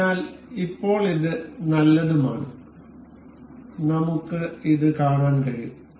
അതിനാൽ ഇപ്പോൾ ഇത് നല്ലതുമാണ് നമുക്ക് ഇത് കാണാൻ കഴിയും